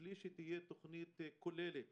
ובלי שתהיה תוכנית כוללת